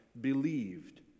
believed